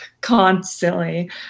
constantly